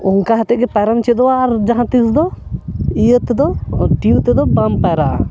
ᱚᱱᱠᱟ ᱦᱚᱛᱮᱡ ᱜᱮ ᱯᱟᱭᱨᱚᱢ ᱪᱮᱫᱚᱜᱼᱟ ᱟᱨ ᱡᱟᱦᱟᱸ ᱛᱤᱥ ᱫᱚ ᱤᱭᱟᱹ ᱛᱮᱫᱚ ᱴᱤᱭᱩ ᱛᱮᱫᱚ ᱵᱟᱢ ᱯᱟᱭᱨᱟᱜᱼᱟ